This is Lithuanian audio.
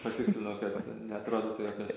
patikslinu kad neatrodytų jog aš